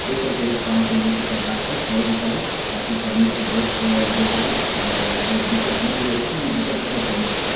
तऽ अइ सभके व्यवस्था अहाँ सभ जे छै सरकारके करैके चाही ताकि पब्लिकके बहुत बड़ा जे छै बऽ मतलब दिक्कत नहि होइ ओते भी दिक्कत नहि होइ पब्लिकके